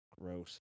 Gross